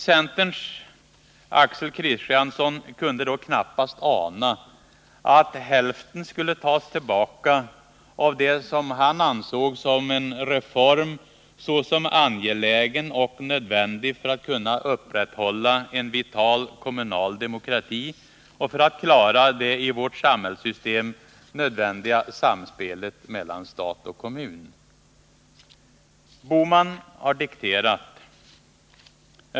Centerns talesman Axel Kristiansson kunde då knappast ana att hälften skulle tas tillbaka av det som han såg som en reform ”angelägen och nödvändig för att kunna upprätthålla en vital kommunal demokrati och för att klara det i vårt samhällssystem nödvändiga samspelet mellan stat och kommun”. Gösta Bohman har dikterat.